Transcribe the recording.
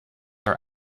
are